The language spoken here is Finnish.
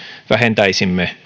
vähentäisimme